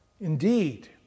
Indeed